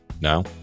Now